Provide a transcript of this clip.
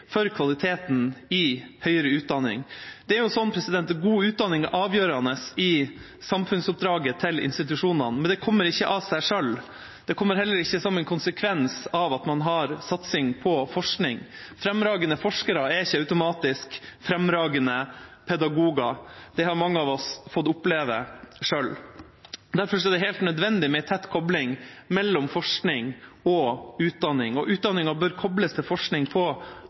for kvaliteten i høyere utdanning. God utdanning er avgjørende i samfunnsoppdraget til institusjonene, men det kommer ikke av seg selv. Det kommer heller ikke som en konsekvens av at man har satsing på forskning. Fremragende forskere er ikke automatisk fremragende pedagoger. Det har mange av oss fått oppleve selv. Derfor er det helt nødvendig med en tett kobling mellom forskning og utdanning, og utdanningen bør kobles til forskning på